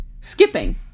skipping